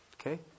Okay